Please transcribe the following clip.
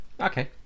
okay